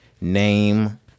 name